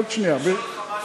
אדוני השר,